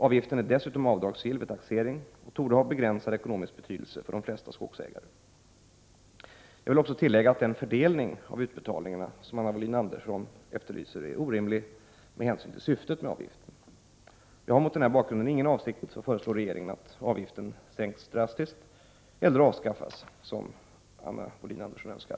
Avgiften är dessutom avdragsgill vid taxering och torde ha begränsad ekonomisk betydelse för de flesta skogsägare. Jag vill också tillägga att den fördelning av utbetalningarna som Anna Wohlin-Andersson efterlyser är orimlig med hänsyn till syftet med avgiften. Jag har mot den här bakgrunden ingen avsikt att föreslå regeringen att avgiften sänks drastiskt eller avskaffas så som Anna Wohlin-Andersson önskar.